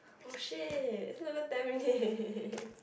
oh shit is not even ten minutes~